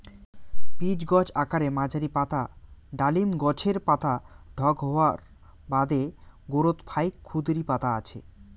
pitch গছ আকারে মাঝারী, পাতা ডালিম গছের পাতার ঢক হওয়ার বাদে গোরোত ফাইক ক্ষুদিরী পাতা আছে